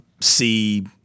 see